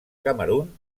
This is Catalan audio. camerun